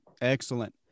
Excellent